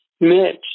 Mitch